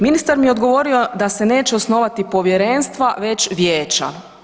Ministar mi je odgovorio da se neće osnovati povjerenstva već vijeća.